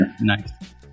Nice